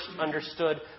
understood